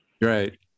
Right